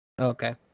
Okay